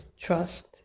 trust